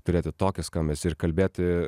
turėti tokį skambesį ir kalbėti